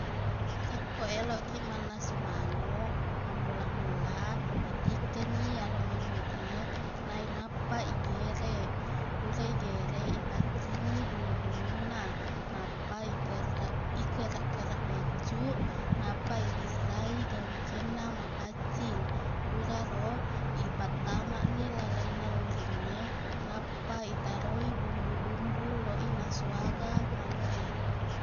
Rekko eloqkiq mannasu manuq mammula-mula itikkengngi iyaro manuq e nainappa igereq pura igereq ipaccingi bulu-bulunna nappa ikere- ikerreq-kerreq baiccuq nappa ibissai gangkenna mapaccing puraro ipattamaqni lalenna uringnge nappa itaroi bumbu-bumbu loq inasu aga manuq e